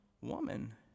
woman